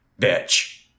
bitch